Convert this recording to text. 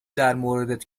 درموردت